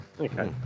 Okay